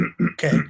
Okay